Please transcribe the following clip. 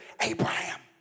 Abraham